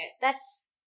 That's-